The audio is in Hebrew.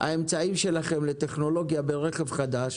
האמצעים שלכם לטכנולוגיה ברכב חדש,